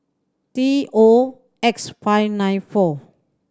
T O X five nine four